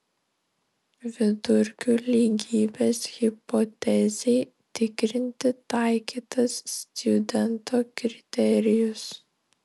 vidurkių lygybės hipotezei tikrinti taikytas stjudento kriterijus